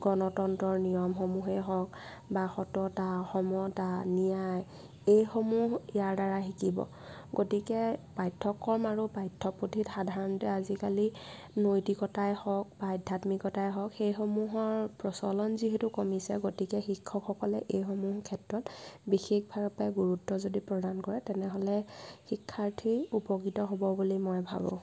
গণতন্ত্ৰৰ নিয়ম সমূহেই হওক বা সততা সমতা ন্যায় এইসমূহ ইয়াৰ দ্বাৰা শিকিব গতিকে পাঠ্যক্ৰম আৰু পাঠ্যপুথিত সাধাৰণতে আজিকালি নৈতিকতাই হওক বা আধ্যাত্মিকতাই হওক সেইসমূহৰ প্ৰচলন যিহেতু কমিছে গতিকে শিক্ষকসকলে এইসমূহৰ ক্ষেত্ৰত বিশেষভাৱে গুৰুত্ব যদি প্ৰদান কৰে তেনেহ'লে শিক্ষাৰ্থী উপকৃত হ'ব বুলি মই ভাবোঁ